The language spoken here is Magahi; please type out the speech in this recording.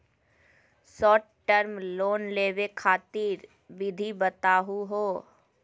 शार्ट टर्म लोन लेवे खातीर विधि बताहु हो?